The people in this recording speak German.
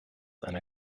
einer